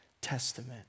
Testament